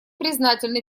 признательны